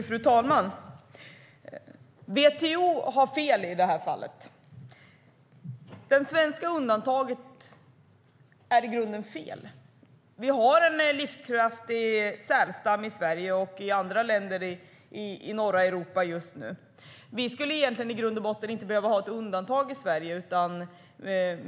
Fru talman! WTO har fel i det här fallet. Det svenska undantaget är i grunden fel. Vi har en livskraftig sälstam i Sverige och i andra länder i norra Europa just nu. Vi skulle i grund och botten inte behöva ha ett undantag i Sverige.